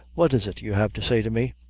what is it you have to say to me?